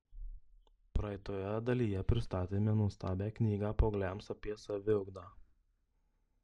praeitoje dalyje pristatėme nuostabią knygą paaugliams apie saviugdą